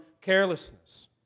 carelessness